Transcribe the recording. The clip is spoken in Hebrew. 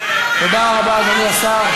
אדוני השר.